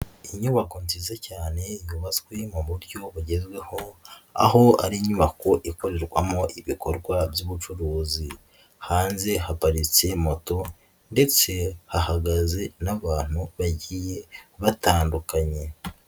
Inyubako nziza cyane yubatswe mu buryo bugezweho, aho ari inyubako ikorerwamo ibikorwa by'ubucuruzi. Hanze haparitse moto ndetse hahagaze n'abantu bagiye batandukanye.